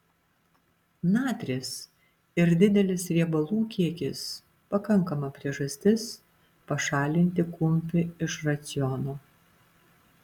natris ir didelis riebalų kiekis pakankama priežastis pašalinti kumpį iš raciono